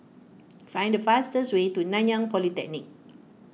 find the fastest way to Nanyang Polytechnic